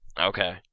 Okay